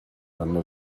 dando